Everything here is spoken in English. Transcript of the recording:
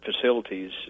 facilities